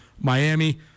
Miami